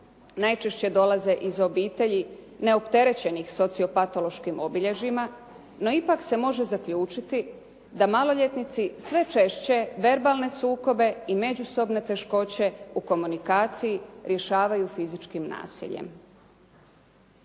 Najčešće dolaze iz obitelji neopterećenih sociopatološkim obilježjima, no ipak se može zaključiti da maloljetnici sve češće verbalne sukobe i međusobne teškoće u komunikaciji rješavaju fizičkim nasiljem.